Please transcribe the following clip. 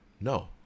no